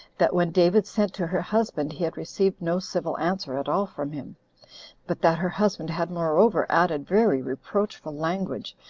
that when david sent to her husband he had received no civil answer at all from him but that her husband had moreover added very reproachful language,